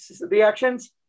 reactions